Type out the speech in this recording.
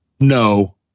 no